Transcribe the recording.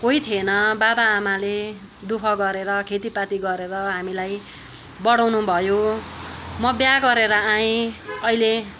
कोही थिएन बाबा आमाले दु ख गरेर खेतीपाती गरेर हामीलाई बढाउनु भयो म बिहा गरेर आएँ अहिले